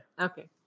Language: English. Okay